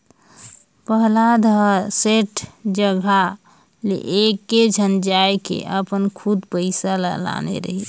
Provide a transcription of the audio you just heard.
पहलाद ह सेठ जघा ले एकेझन जायके अपन खुद पइसा ल लाने रहिस